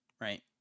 Right